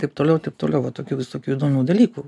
taip toliau ir taip toliau va tokių visokių įdomių dalykų